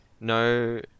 no